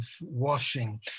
washing